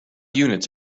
units